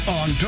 on